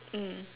mm